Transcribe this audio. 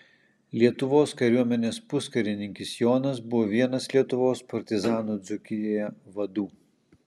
lietuvos kariuomenės puskarininkis jonas buvo vienas lietuvos partizanų dzūkijoje vadų